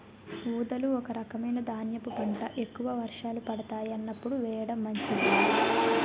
ఊదలు ఒక రకమైన ధాన్యపు పంట, ఎక్కువ వర్షాలు పడతాయి అన్నప్పుడు వేయడం మంచిది